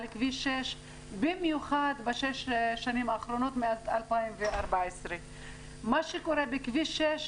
כביש 6 במיוחד בשש השנים האחרונות מאז 2014. מה שקורה בכביש 6,